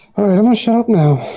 i'm gonna shut up now.